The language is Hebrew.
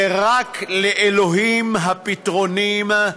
ורק לאלוהים הפתרונים,